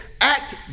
act